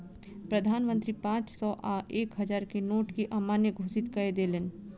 प्रधान मंत्री पांच सौ आ एक हजार के नोट के अमान्य घोषित कय देलैन